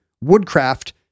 woodcraft